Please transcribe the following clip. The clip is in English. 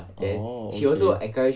oh okay